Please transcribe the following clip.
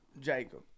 Jacob